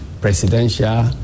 presidential